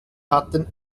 hatten